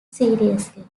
seriously